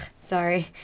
sorry